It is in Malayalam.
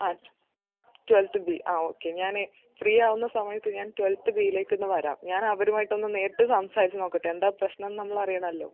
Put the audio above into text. ആ ട് ട്വൽത് ബി ആ ഓക്കെ ഞാനേ ഫ്രീ ആവുന്ന സമയത്ത് ഞാൻ ട്വൽത് ബിയിലേക്കൊന്ന് വരാം ഞാൻ അവരുമായിട്ടൊന്ന് നേരിട്ട് സംസാരിച്ച് നോക്കട്ടെ എന്താണ് പ്രശ്നം എന്ന് നമ്മൾ അറിയണമല്ലോ